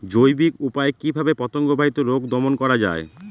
জৈবিক উপায়ে কিভাবে পতঙ্গ বাহিত রোগ দমন করা যায়?